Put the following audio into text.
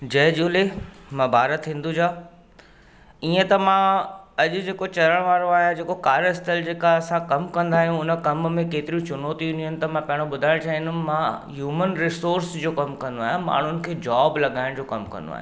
जय झूले मां भारत हिंदूजा ईअं त मां अॼु जेको चयणु वारो आहियां जेको कार्यस्थल जेका असां कमु कंदा आहियूं उन कम में केतिरियूं चुनौतियूं ईंदियूं आहिनि त मां पहिरियों ॿुधाइणु चाहींदुमि मां ह्यूमन रिसोर्स जो कमु कंदो आहियां माण्हुनि खे जॉब लॻाइण जो कमु कंदो आहियां